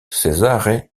cesare